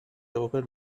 local